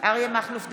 אריה מכלוף דרעי,